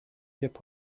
hip